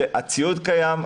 שהציוד קיים,